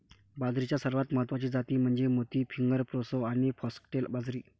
बाजरीच्या सर्वात महत्वाच्या जाती म्हणजे मोती, फिंगर, प्रोसो आणि फॉक्सटेल बाजरी